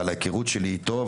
על ההיכרות שלי אתו.